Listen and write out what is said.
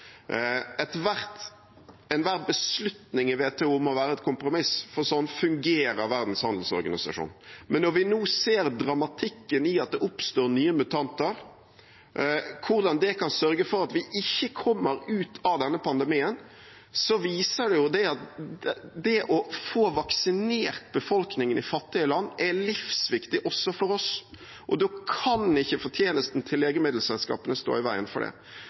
Enhver beslutning i WTO må være et kompromiss, for sånn fungerer Verdens handelsorganisasjon. Når vi nå ser dramatikken i at det oppstår nye mutanter, og hvordan det kan sørge for at vi ikke kommer ut av denne pandemien, viser det at det å få vaksinert befolkningen i fattige land, er livsviktig også for oss. Da kan ikke fortjenesten til legemiddelselskapene stå i veien for det.